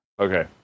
Okay